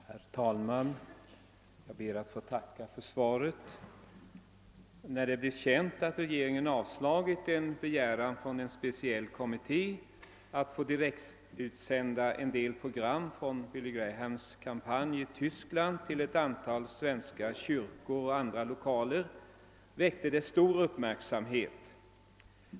Herr talman! Jag ber att få tacka utbildningsministern för svaret på min fråga. slagit en begäran från en speciell kommitté att få direktutsända en del program från Billy Grahams kampanj i Tyskland till ett antal svenska kyrkor och andra lokaler väckte detta stor uppmärksamhet.